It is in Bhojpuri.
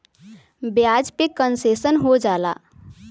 ब्याज पे कन्सेसन हो जाला